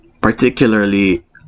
particularly